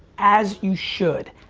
as you should,